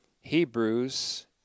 Hebrews